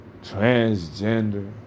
transgender